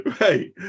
right